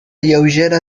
lleugera